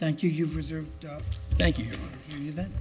thank you you've reserved tha